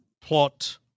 plot